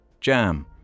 Jam